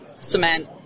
cement